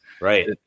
right